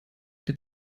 der